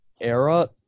era